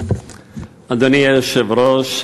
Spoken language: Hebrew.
אדוני היושב-ראש,